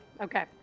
Okay